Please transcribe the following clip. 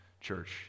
church